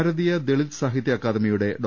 ഭാരതീയ ദളിത് സാഹിത്യ അക്കാദമിയുടെ ഡോ